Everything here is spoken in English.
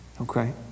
Okay